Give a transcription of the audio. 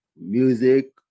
Music